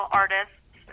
artists